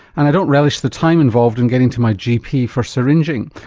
and i don't relish the time involved in getting to my gp for syringing.